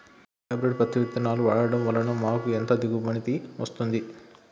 Hybrid పత్తి విత్తనాలు వాడడం వలన మాకు ఎంత దిగుమతి వస్తుంది?